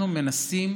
אנחנו מנסים,